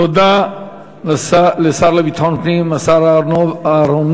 תודה לשר לביטחון פנים, השר אהרונוביץ.